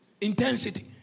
Intensity